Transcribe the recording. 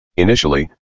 Initially